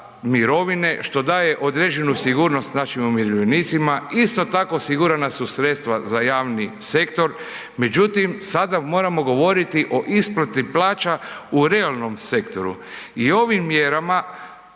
mirovine, što daje određenu sigurnost našim umirovljenicima, isto tako osigurana su sredstva za javni sektor. Međutim, sada moramo govoriti o isplati plaća u realnom sektoru. I ovim mjerama